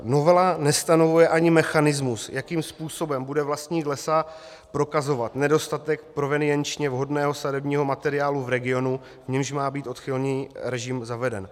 Novela nestanovuje ani mechanismus, jakým způsobem bude vlastník lesa prokazovat nedostatek provenienčně vhodného sadebního materiálu v regionu, v němž má být odchylný režim zaveden.